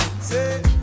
say